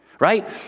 Right